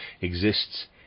exists